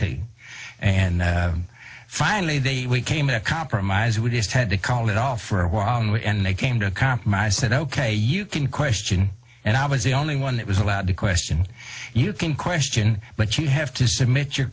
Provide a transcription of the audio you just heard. d and finally they came to a compromise we just had to call it off for a while and they came to a compromise that ok you can question and i was the only one that was allowed to question you can question but you have to submit your